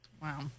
Wow